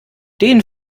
den